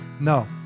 No